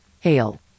Hail